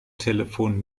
telefon